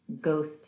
ghost